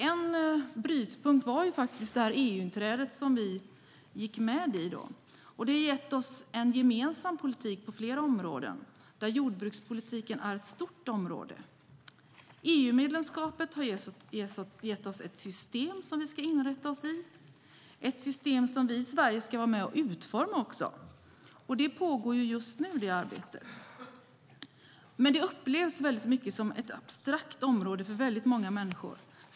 En brytpunkt var faktiskt EU-inträdet. Det har gett oss en gemensam politik på flera områden, och jordbrukspolitiken är ett stort område. EU-medlemskapet har gett oss ett system som vi ska inrätta oss i. Det är ett system som vi i Sverige också ska vara med och utforma, och det arbetet pågår just nu. Men det upplevs som abstrakt för många människor.